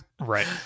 Right